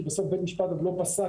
כי בסוף בית המשפט עוד לא פסק,